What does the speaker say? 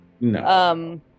No